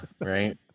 right